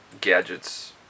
gadgets